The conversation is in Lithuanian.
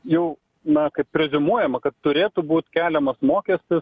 jau na kaip preziumuojama kad turėtų būt keliamas mokestis